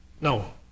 No